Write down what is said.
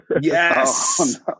Yes